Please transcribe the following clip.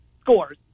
scores